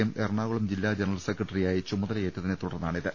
M Ernakulam ജില്ലാ general സെക്ര ട്ടറിയായി ചുമതലയേറ്റതിനെ തുടർന്നാണിത്